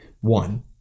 One